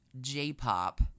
J-pop